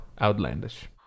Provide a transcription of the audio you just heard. Outlandish